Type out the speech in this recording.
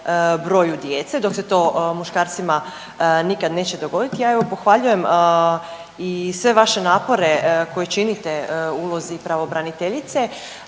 broju djece, dok se to muškarcima nikad neće dogoditi, a evo, pohvaljujem i sve vaše napore koje činite u ulozi pravobraniteljice,